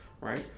right